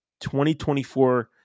2024